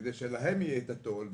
כדי שלהם יהיה את התו"ל,